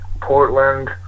Portland